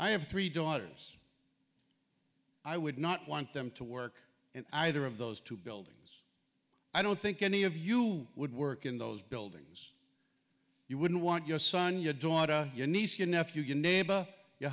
i have three daughters i would not want them to work in either of those two buildings i don't think any of you would work in those buildings you wouldn't want your son your daughter your niece your nephew your